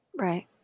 Right